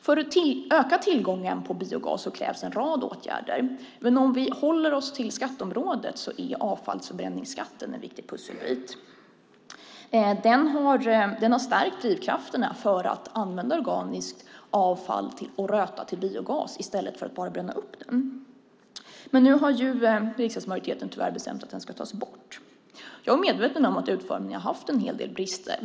För att öka tillgången på biogas krävs en rad åtgärder, men om vi håller oss till skatteområdet är avfallsförbränningsskatten en viktig pusselbit. Avfallsförbränningsskatten har stärkt drivkrafterna för att använda organiskt avfall till att röta till biogas i stället för att bara bränna upp det. Tyvärr har riksdagsmajoriteten bestämt att avfallsförbränningsskatten ska tas bort. Jag är medveten om att utformningen haft en del brister.